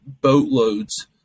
boatloads